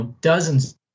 dozens